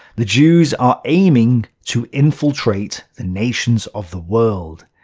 the jews are aiming to infiltrate the nations of the world,